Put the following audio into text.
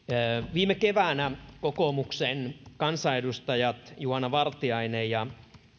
viime keväänä kokoomuksen kansanedustajat juhana vartiainen ja